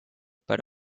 para